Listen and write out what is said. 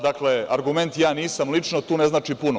Dakle, argument – ja nisam lično, tu ne znači puno.